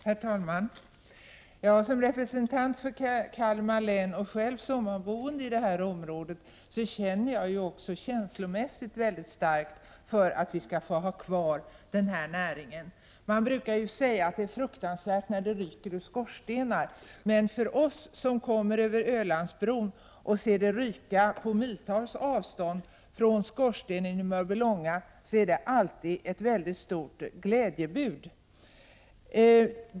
Herr talman! Som representant för Kalmar län, och själv sommarboende i detta område, är jag känslomässigt mycket starkt engagerad i att vi skall få ha kvar denna näring. Man brukar säga att det är fruktansvärt när det ryker ur skorstenar, men för oss som kommer över Ölandsbron och ser det ryka på miltals avstånd från skorstenen i Mörbylånga, är det alltid ett mycket stort glädjebud.